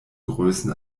größen